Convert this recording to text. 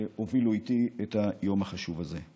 שהובילו איתי את היום החשוב הזה.